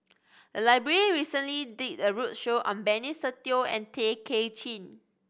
the library recently did a roadshow on Benny Se Teo and Tay Kay Chin